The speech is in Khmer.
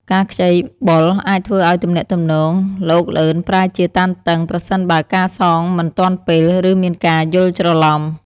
ការខ្ចីបុលអាចធ្វើឲ្យទំនាក់ទំនងល្អូកល្អឺនប្រែជាតានតឹង ប្រសិនបើការសងមិនទាន់ពេល ឬមានការយល់ច្រឡំ។